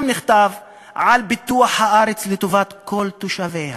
נכתב שם על פיתוח הארץ לטובת כל תושביה.